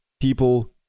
people